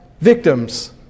victims